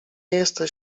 jesteś